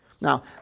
Now